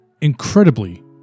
incredibly